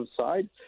side